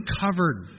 covered